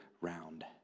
round